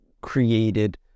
created